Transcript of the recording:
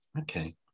Okay